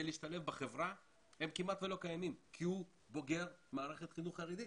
להשתלב בחברה הם כמעט ולא קיימים כי הוא בוגר מערכת חינוך חרדית.